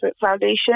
foundation